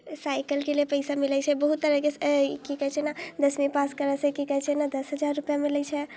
साइकिलके लिए पैसा मिलैत छै बहुत तरहके की कहैत छै ने दसवीं पास की करयसँ ने दस हजार रुपैआ मिलैत छै